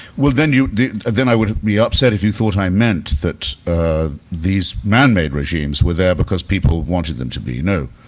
well, then you i would be upset if you thought i meant that these man-made regimes were there because people wanted them to be, no.